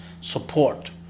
support